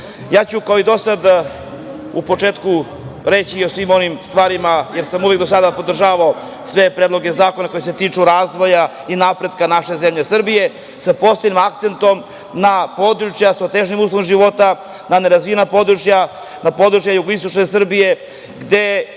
ću, kao i do sada, u početku reći o svim onim stvarima, jer sam uvek do sada podržavao sve predloge zakona koji se tiču razvoja i napretka naše zemlje Srbije, sa posebnim akcentom na područja sa otežanim uslovima života, na nerazvijena područja, na područja jugoistočne Srbije,